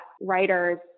writers